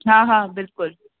हा हा बिल्कुलु